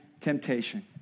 temptation